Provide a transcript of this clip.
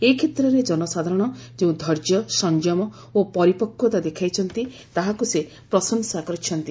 ଏ କ୍ଷେତ୍ରରେ ଜନସାଧାରଣ ଯେଉଁ ଧୈର୍ଯ୍ୟ ସଂଯମ ଓ ପରିପକୃତା ଦେଖାଇଛନ୍ତି ତାହାକୁ ସେ ପ୍ରଶଂସା କରିଛନ୍ତି